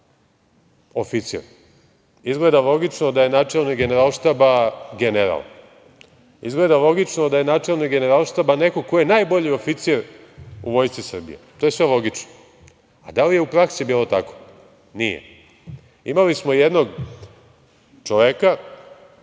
oficir. Izgleda logično da je načelnik Generalštaba general. Izgleda logično da je načelnik Generalštaba neko ko je najbolji oficir u Vojsci Srbije. To je sve logično. A da li je u praksi bilo tako? Nije. Imali smo jednog čoveka,